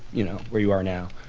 you know, where you are now,